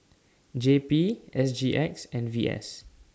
J P S G X and V S